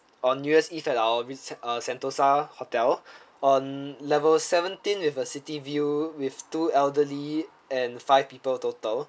on new year's eve at our res~ uh sentosa hotel on level seventeen with a city view with two elderly and five people total